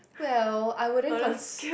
well I wouldn't cons~